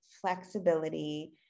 flexibility